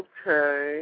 Okay